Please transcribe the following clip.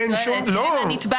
הנתבע